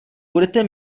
budete